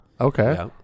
Okay